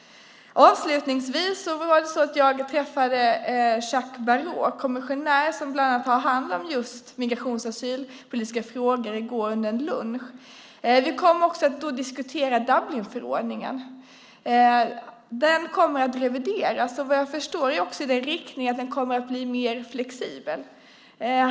Avslutningsvis träffade jag i går under en lunch Jacques Barrot, den kommissionär som just har hand om migrations och asylpolitiska frågor. Vi kom att då diskutera Dublinförordningen. Den kommer att revideras. Vad jag förstår kommer det att ske i riktningen att den kommer att bli mer flexibel.